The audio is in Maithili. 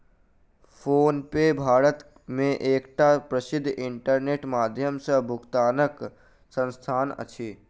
फ़ोनपे भारत मे एकटा प्रसिद्ध इंटरनेटक माध्यम सॅ भुगतानक संस्थान अछि